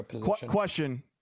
question